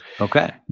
Okay